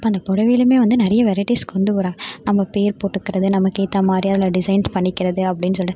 இப்போ அந்த புடவைலியிமே வந்து நிறைய வெரைட்டிஸ் கொண்டு வராங்க நம்ம பேர் போட்டுக்கிறது நமக்கு ஏற்ற மாதிரி அதில் டிசைன் பண்ணிக்கிறது அப்படின்னு சொல்லிட்டு